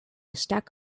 stack